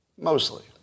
Mostly